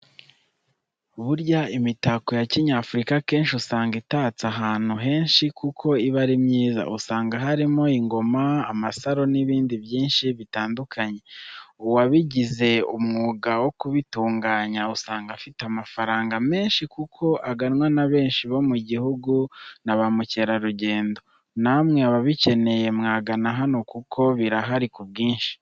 Burya imitako ya kinyafurika akenshi usanga itatse ahantu henshi kuko iba ari myiza. usanga harimo ingoma amasaro n'ibindi byinshi bitandukanye, uwabigize umwuga wo kubitunganya usanga afite amafaranga menshi kuko aganwa na benshi bo mu gihugu na bamukerarugendo. Namwe ababikeneye mwagana hano kuko birahari ku bwinshi.